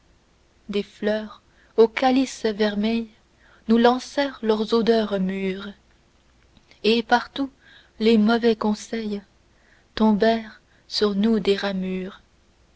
des fleurs aux calices vermeils nous lancèrent leurs odeurs mûres et partout les mauvais conseils tombèrent sur nous des ramures